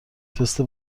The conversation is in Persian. تست